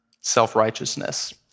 self-righteousness